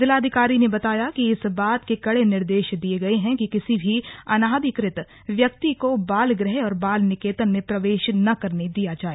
जिलाधिकारी ने बताया कि इस बात के कड़े निर्देश दिये गये हैं कि किसी भी अनाधिकृत व्यक्ति को बाल गृह और बाल निकेतन में प्रवेश न करने दिया जाए